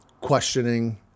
questioning